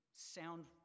sound